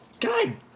God